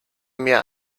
mir